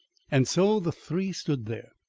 and so, the three stood there,